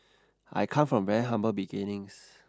I come from very humble beginnings